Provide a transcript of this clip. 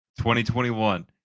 2021